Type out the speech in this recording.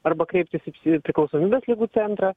arba kreiptis į priklausomybės ligų centrą